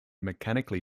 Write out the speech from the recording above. mechanically